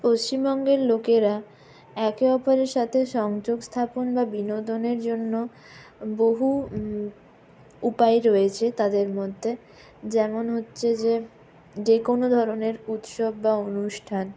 পশ্চিমবঙ্গের লোকেরা একে অপরের সাথে সংযোগ স্থাপন বা বিনোদনের জন্য বহু উপায় রয়েছে তাদের মধ্যে যেমন হচ্ছে যে যেকোনো ধরণের উৎসব বা অনুষ্ঠান